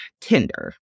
Tinder